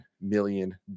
million